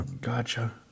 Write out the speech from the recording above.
Gotcha